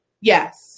Yes